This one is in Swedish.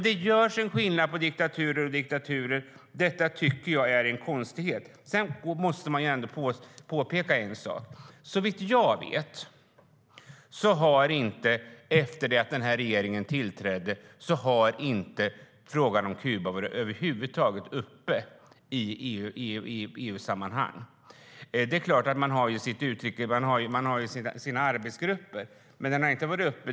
Det görs skillnad på diktaturer och diktaturer. Det tycker jag är en konstighet. Låt mig också påpeka en annan sak. Såvitt jag vet har frågan om Kuba över huvud taget inte varit uppe i EU-sammanhang sedan den här regeringen tillträdde. Det är klart att man har sina arbetsgrupper, men frågan har inte varit uppe.